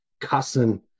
cussing